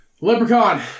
Leprechaun